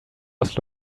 was